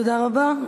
תודה רבה.